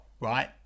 right